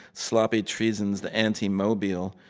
sloppy treason's the anti-mobile.